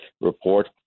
report